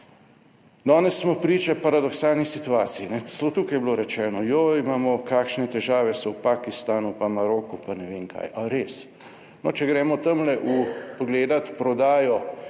Danes smo priča paradoksalni situaciji. Celo tukaj je bilo rečeno, joj, imamo, kakšne težave so v Pakistanu pa Maroku pa ne vem kaj. Ali res? No, če gremo tamle v pogledati prodajo